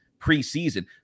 preseason